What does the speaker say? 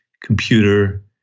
computer